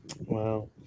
Wow